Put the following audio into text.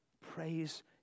praise